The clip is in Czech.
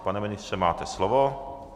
Pane ministře, máte slovo.